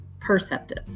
perceptive